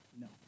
No